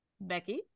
Becky